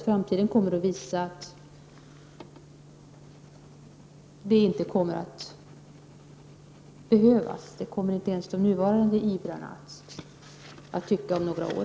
Framtiden kommer att visa att det inte kommer att behövas, inte ens de nuvarande ivrarna kommer att tycka det om några år.